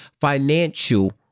financial